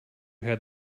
had